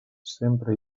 sempre